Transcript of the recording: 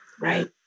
Right